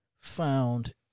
found